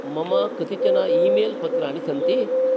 मम कतिचन ईमेल्पत्राणि सन्ति